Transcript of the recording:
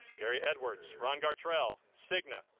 gary edwards. ron gartrell. cigna.